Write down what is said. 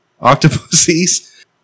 Octopuses